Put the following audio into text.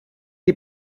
die